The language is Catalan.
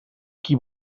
qui